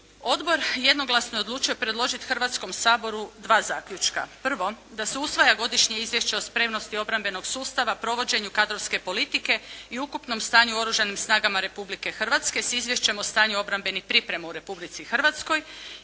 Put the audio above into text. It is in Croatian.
Odbor je jednoglasno odlučio predložiti Hrvatskom saboru dva zaključka. Prvo, da se usvaja godišnje izvješće o spremnosti obrambenog sustava, provođenju kadrovske politike i ukupnom stanju u Oružanim snagama Republike Hrvatske s izvješćem o stanju obrambenih priprema u Republici Hrvatskoj.